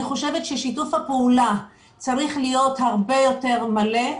אני חושבת ששיתוף הפעולה צריך להיות הרבה יותר מלא.